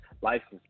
license